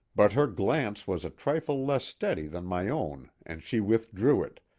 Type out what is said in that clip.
but her glance was a trifle less steady than my own and she withdrew it,